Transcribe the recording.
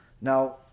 now